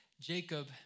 Jacob